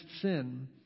sin